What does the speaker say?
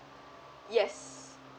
yes